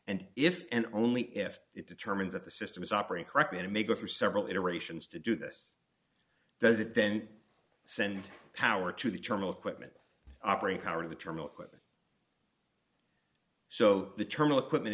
and if and only if it determines that the system is operate correctly it may go through several iterations to do this does it then send power to the terminal equipment operator of the terminal equipment so the terminal equipment